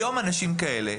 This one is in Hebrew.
היום אנשים כאלה,